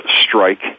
strike